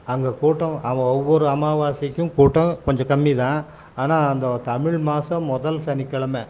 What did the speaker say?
அங்கே கூட்டம் ஒவ்வொரு அமாவாசைக்கும் கூட்டம் கொஞ்சம் கம்மி தான் ஆனால் அந்த தமிழ் மாதம் முதல் சனிக்கெழமை